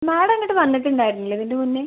madam ഇങ്ങട്ട് വന്നിട്ടുണ്ടായിരുന്നില്ലേ ഇതിൻ്റെ മുന്നെ